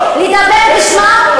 שתדברי בשמם?